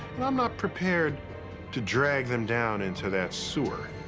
and i'm not prepared to drag them down into that sewer.